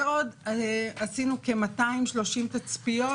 עשינו כ-230 תצפיות,